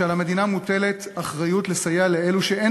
שעל המדינה מוטלת אחריות לסייע לאלו שאין